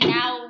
now